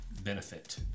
Benefit